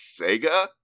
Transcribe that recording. Sega